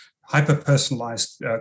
hyper-personalized